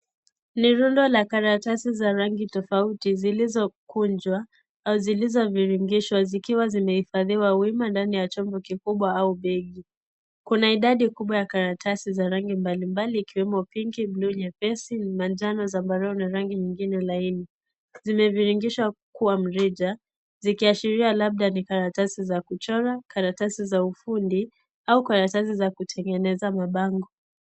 Ni rundo la karatasi za rangi tofauti zilizokunjwa au zilizoviringishwa vikiwa zimehifadhiwa wima katika chombo kikubwa au begi, kuna idadi kubwa ya karatasi za rangi mbalimbali ikiwemo pinki, buluu nyepesi, manjano na rangi nyingine laini zimeviringishwa kuwa mrija zikiashiria labda ni karatasi za kuchora, karatasi za ufundi au karatasi za kutengeneza mabango .